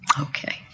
Okay